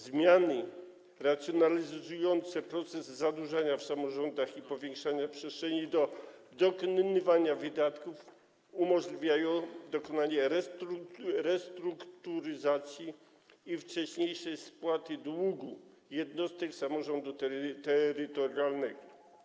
Zmiany racjonalizujące proces zadłużania w samorządach i powiększania przestrzeni do dokonywania wydatków umożliwiają dokonanie restrukturyzacji i wcześniejszej spłaty długu jednostek samorządu terytorialnego.